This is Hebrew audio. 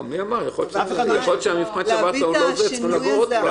שמעתי ברוב קשב את הדברים.